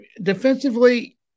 Defensively